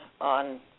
on